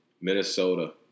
Minnesota